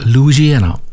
Louisiana